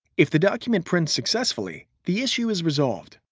if the document prints successfully, the issue is resolved.